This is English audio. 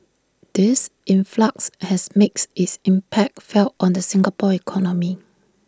this influx has makes its impact felt on the Singapore economy